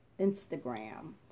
Instagram